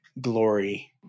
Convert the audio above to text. glory